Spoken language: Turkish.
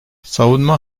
savunma